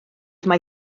mai